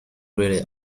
really